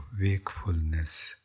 wakefulness